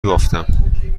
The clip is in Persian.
بافتم